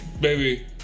baby